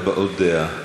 הבעות דעה,